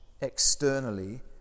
externally